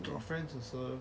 friends also